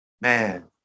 man